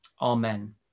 Amen